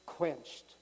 quenched